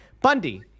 Bundy